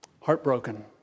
Heartbroken